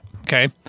Okay